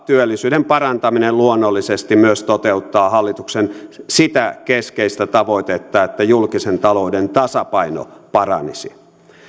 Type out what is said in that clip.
työllisyyden parantaminen luonnollisesti myös toteuttaa hallituksen sitä keskeistä tavoitetta että julkisen talouden tasapaino paranisi